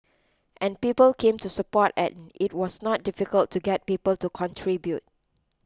and people came to support and it was not difficult to get people to contribute